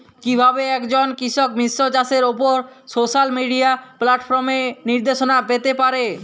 কিভাবে একজন কৃষক মিশ্র চাষের উপর সোশ্যাল মিডিয়া প্ল্যাটফর্মে নির্দেশনা পেতে পারে?